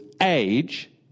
age